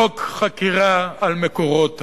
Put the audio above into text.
לחוק חקירה על מקורות המימון,